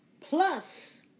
Plus